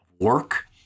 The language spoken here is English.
work